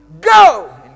go